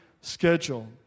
schedule